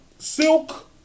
Silk